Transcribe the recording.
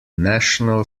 national